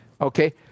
Okay